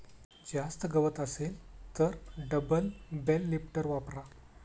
जास्त गवत असेल तर डबल बेल लिफ्टर वापरा